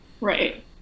Right